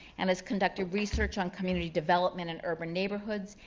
and has conducted research on community development in urban neighborhoods,